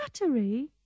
battery